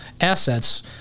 assets